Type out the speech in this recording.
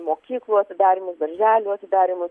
mokyklų atidarymus darželių atidarymus